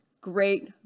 Great